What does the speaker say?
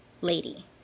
lady